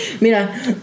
Mira